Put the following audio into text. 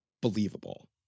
believable